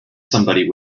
somebody